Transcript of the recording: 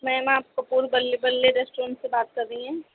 میم آپ کپور بلے بلے ریسٹورنٹ سے بات کر رہی ہیں